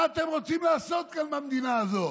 מה אתה רוצה מה לעשות כאן במדינה הזאת?